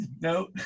no